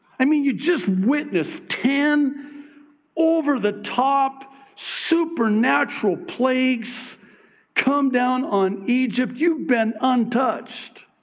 i mean, you just witnessed ten over the top supernatural plagues come down on egypt. you've been untouched.